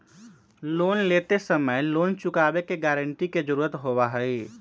loan लेते समय loan चुकावे के गारंटी के जरुरत होबा हई